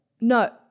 No